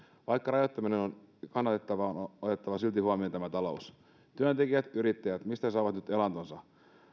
vaikka rajoittaminen on kannatettavaa on otettava silti huomioon talous työntekijät yrittäjät mistä saavat nyt elantonsa